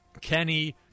Kenny